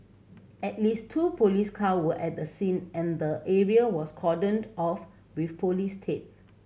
at least two police car were at the scene and the area was cordoned off with police tape